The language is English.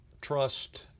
trust